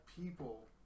people